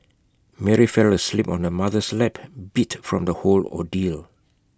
Mary fell asleep on her mother's lap beat from the whole ordeal